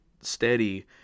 steady